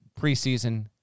preseason